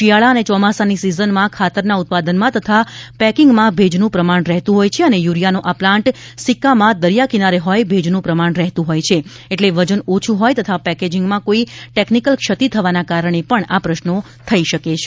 શિયાળા અને ચોમાસાની સીઝનમાં ખાતરના ઉત્પાદનમાં તથા પેકિંગમાં ભેજનું પ્રમાણ રહેતું હોય છે અને યુરિયાનો આ પ્લાન્ટ સિક્કામાં દરિયા કિનારે હોઈ ભેજનું પ્રમાણ રહેતું હોય છે એટલે વજન ઓછું હોય તથા પેકેજિંગમાં કોઈ ટેકનીક્લ ક્ષતિ થવાના કારણે પણ આ પ્રશ્નો થઈ શકે છે